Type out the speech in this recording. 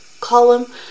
column